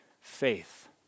faith